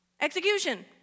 execution